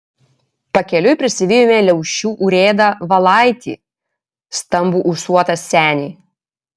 pakeliui prisivijome liaušių urėdą valaitį stambų ūsuotą senį